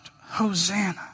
Hosanna